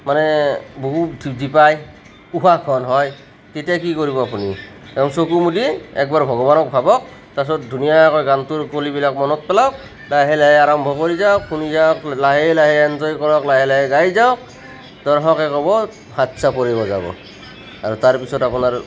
মানে পাই উশাহ ঘন হয় তেতিয়া কি কৰিব আপুনি তেতিয়া চকু মুদি একবাৰ ভগৱানক ভাবক তাৰপিছত ধুনীয়াকৈ গানটোৰ কলিবিলাক মনত পেলাওক লাহে লাহে আৰম্ভ কৰি যাওক শুনি যাওক লাহে লাহে এনজয় কৰক লাহে লাহে গাই যাওক দৰ্শকে ক'ব হাতচাপৰি বজাব আৰু তাৰপিছত আপোনাৰ